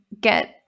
get